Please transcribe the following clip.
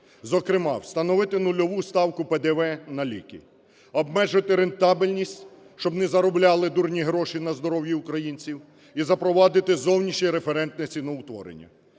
Зокрема, встановити нульову ставку ПДВ на ліки, обмежити рентабельність, щоб не заробляли дурні гроші на здоров'ї українців, і запровадити зовнішнє референтне ціноутворення.